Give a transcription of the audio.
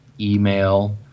email